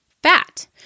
fat